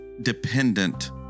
dependent